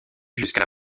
jusqu’à